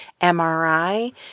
MRI